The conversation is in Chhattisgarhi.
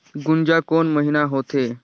गुनजा कोन महीना होथे?